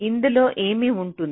ఇందులో ఏమి ఉంటుంది